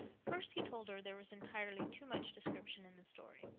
first he told her there was entirely too much description in the story.